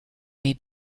may